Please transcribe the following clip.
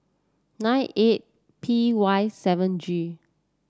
nine eight P Y seven G